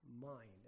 mind